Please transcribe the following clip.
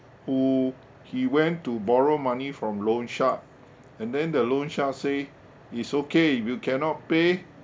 who he went to borrow money from loan shark and then the loan shark say it's okay if you cannot pay